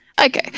Okay